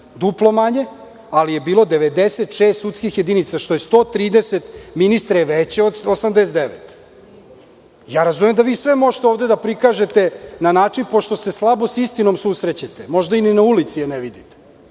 duplo manje, ali je bilo 96 sudskih jedinica, što je 130 veće, ministre od 89.Razumem da sve možete ovde da prikažete na način pošto se slabo sa istinom susrećete. Možda je ni na ulici ne vidite.